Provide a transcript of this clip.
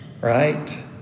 Right